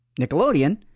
Nickelodeon